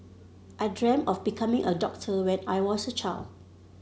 I dreamt of becoming a doctor when I was a child